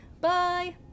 Bye